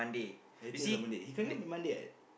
everything also Monday he coming here Monday ah